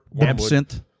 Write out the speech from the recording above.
Absinthe